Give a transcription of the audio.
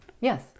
Yes